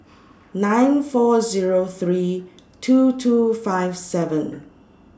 nine four Zero three two two five seven